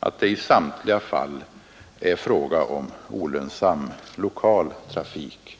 att det i samtliga fall är fråga om olönsam lokal trafik.